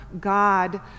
God